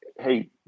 hey